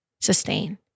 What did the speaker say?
sustain